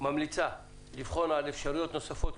ממליצה לבחון אפשרויות נוספות,